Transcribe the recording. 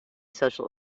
social